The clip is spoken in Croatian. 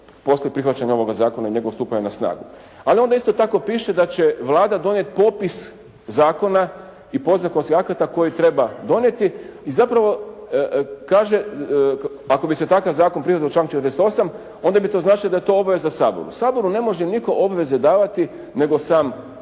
poslije prihvaćanja ovog zakona i njegovog stupanja na snagu. A … /Govornik se ne razumije./ … isto tako piše da će Vlada donijeti popis zakona i podzakonskih akata koje treba donijeti i zapravo kaže ako bi se takav zakon … /Govornik se ne razumije./ … članku 48. onda bi to značilo da je to obaveza Saboru. Saboru ne može nitko obaveze davati nego sam